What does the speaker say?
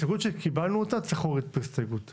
בשל כך שקיבלנו כאן הסתייגות צריך להוריד הסתייגות אחרת,